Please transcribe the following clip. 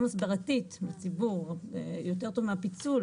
גם הסברתית לציבור זה יותר טוב מהפיצול